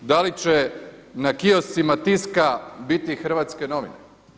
Da li će na kioscima Tiska biti hrvatske novine?